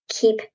keep